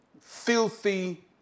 filthy